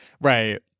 Right